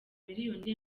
miliyoni